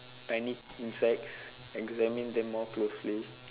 tiny insects examine them more closely